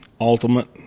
ultimate